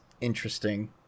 interesting